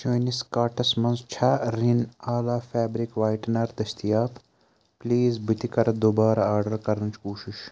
چٲنِس کارٹس مَنٛز چھا رِن آلا فیبرِک وایٹنر دٔسیتاب پُلیز بہٕ تہِ کرٕ دُبارٕ آرڈر کرنٕچ کوٗشش